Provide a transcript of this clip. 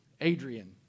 Adrian